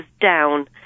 down